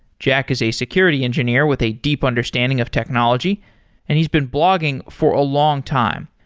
jack is a security engineer with a deep understanding of technology and he's been blogging for a long time.